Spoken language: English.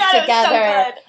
together